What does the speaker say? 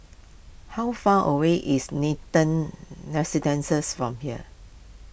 how far away is Nathan from here